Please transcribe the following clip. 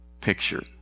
picture